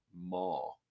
more